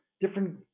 Different